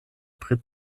pri